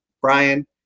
Brian